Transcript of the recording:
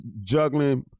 juggling